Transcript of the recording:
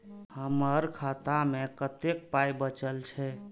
हमर खाता मे कतैक पाय बचल छै